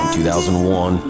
2001